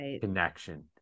connection